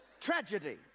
Tragedy